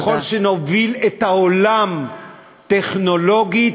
ככל שנוביל את העולם טכנולוגית,